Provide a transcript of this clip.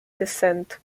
descent